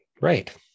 right